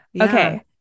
Okay